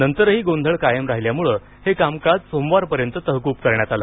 नंतरही गोंधळ कायम राहिल्यानं हे कामकाज सोमवारपर्यंत तहकूब करण्यात आलं